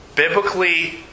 Biblically